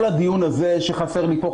כל הדיון הזה חסר לי פה,